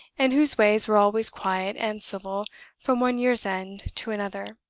and whose ways were always quiet and civil from one year's end to another.